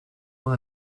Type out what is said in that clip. more